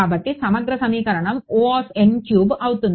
కాబట్టి సమగ్ర సమీకరణం అవుతుంది